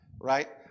right